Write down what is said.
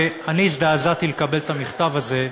אני הזדעזעתי כשקיבלתי את המכתב הזה,